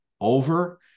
over